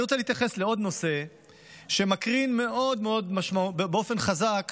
אני רוצה להתייחס לעוד נושא שמקרין באופן חזק